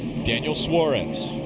daniel suarez.